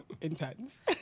intense